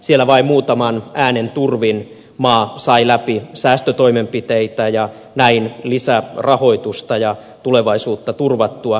siellä vain muutaman äänen turvin maa sai läpi säästötoimenpiteitä ja näin lisärahoitusta ja tulevaisuutta turvattua